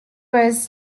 wears